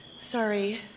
Sorry